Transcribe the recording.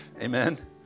Amen